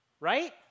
right